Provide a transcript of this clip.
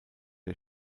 der